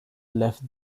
left